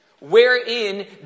wherein